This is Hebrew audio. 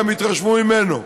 גם התרשמו ממנו.